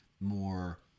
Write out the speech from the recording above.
more